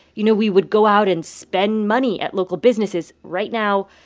you know, we would go out and spend money at local businesses. right now,